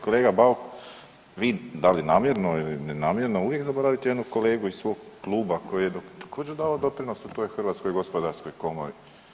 Kolega Bauk, vi da li namjerno ili nenamjerno uvijek zaboravite jednog kolegu iz svog kluba koji je također dao doprinos u toj Hrvatskoj gospodarskoj komori.